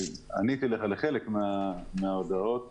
עניתי לחלק מהודעותיך,